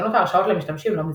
ניתנות הרשאות למשתמשים לא מזוהים.